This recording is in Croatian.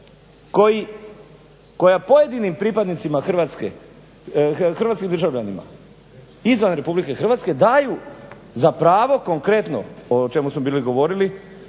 koja pojedinim pripadnicima Hrvatske, hrvatskim državljanima izvan RH daju za pravo konkretno o čemu smo bili govorili,